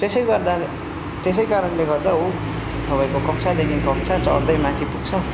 त्यसै गर्दा त्यसै कारणले गर्दा ऊ तपाईको कक्षादेखिको कक्षा चढ्दै माथि पुग्छ